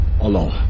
alone